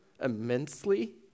immensely